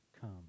come